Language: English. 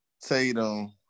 Tatum